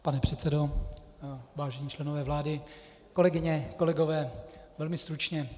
Pane předsedo, vážení členové vlády, kolegyně, kolegové, velmi stručně.